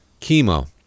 chemo